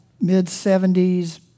mid-70s